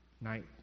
night